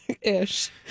Ish